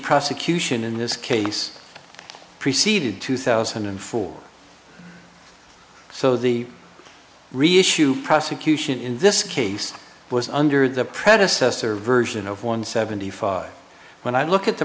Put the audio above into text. prosecution in this case preceded two thousand and four so the real issue prosecution in this case was under the predecessor version of one seventy five when i look at the